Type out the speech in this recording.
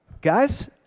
Guys